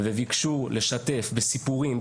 וביקשו לשתף בסיפורים,